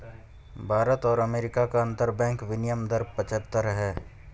भारत और अमेरिका का अंतरबैंक विनियम दर पचहत्तर है